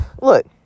look